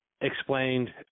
explained